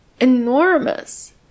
enormous